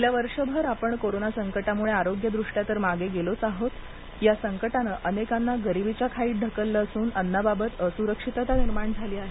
गेल्या वर्षभर आपण कोरोना संकटामुळे आरोग्यदृष्ट्या तर मागे गेलोच आहोत या संकटांना अनेकांना गरिबीच्या खाईत ढकललं असून अन्नाबाबत असुरक्षितता निर्माण झाली आहे